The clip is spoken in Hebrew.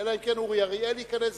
אלא אם כן אורי אריאל ייכנס.